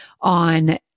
on